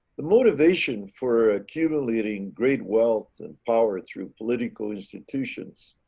the motivation for accumulating great wealth and power through political institutions